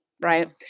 Right